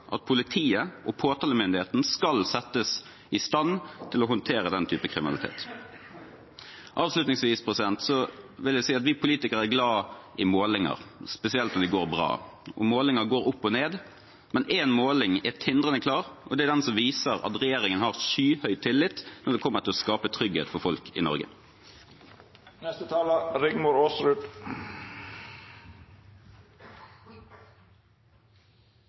at politiet og påtalemyndigheten skal settes i stand til å håndtere den type kriminalitet. Avslutningsvis vil jeg si at vi politikere er glad i målinger, spesielt når de går bra. Og målinger går opp og ned, men én måling er tindrende klar, og det er den som viser at regjeringen har skyhøy tillit når det kommer til å skape trygghet for folk i Norge.